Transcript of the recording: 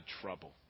trouble